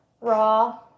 raw